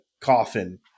coffin